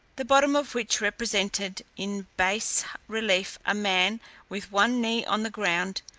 the bottom of which represented in bass relief a man with one knee on the ground,